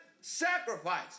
sacrifice